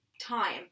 Time